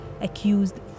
accused